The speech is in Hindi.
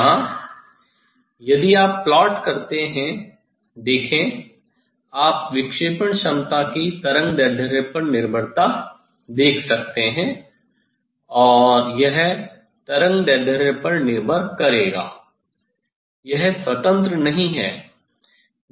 यहाँ यदि आप प्लॉट करते हैं देखें आप विक्षेपण क्षमता की तरंगदैर्ध्य पर निर्भरता देख सकते हैं और यह तरंगदैर्ध्य पर निर्भर करेगा यह स्वतंत्र नहीं है